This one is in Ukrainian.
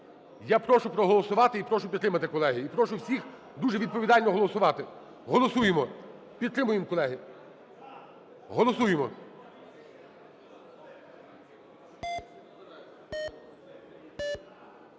Я прошу проголосувати і прошу підтримати, колеги. І прошу всіх дуже відповідально голосувати. Голосуємо! Підтримуємо, колеги! Голосуємо.